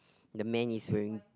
the man is wearing